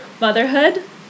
motherhood